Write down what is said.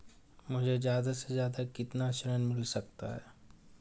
मुझे ज्यादा से ज्यादा कितना ऋण मिल सकता है?